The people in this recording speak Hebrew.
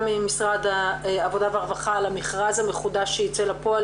ממשרד העבודה והרווחה על המכרז המחודש שייצא לפועל,